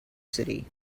city